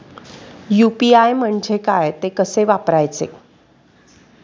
UPI म्हणजे काय, ते कसे वापरायचे?